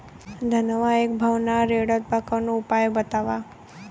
धनवा एक भाव ना रेड़त बा कवनो उपाय बतावा?